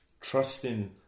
trusting